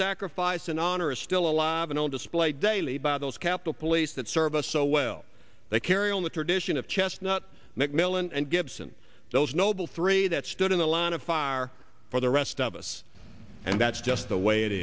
sacrifice and honor is still alive and on display daily by those capitol police that serve us so well they carry on the tradition of chestnut mcmillan and gibson those noble three that stood in the line of fire for the rest of us and that's just the way it